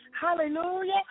hallelujah